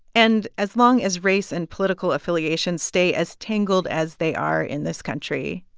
and as long as race and political affiliations stay as tangled as they are in this country,